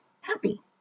happy